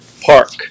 Park